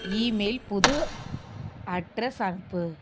email புது address அனுப்பு